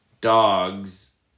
dogs